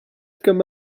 come